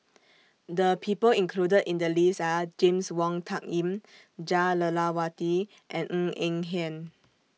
The People included in The list Are James Wong Tuck Yim Jah Lelawati and Ng Eng Hen